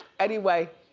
anyway.